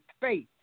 faith